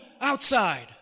outside